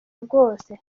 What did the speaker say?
rwose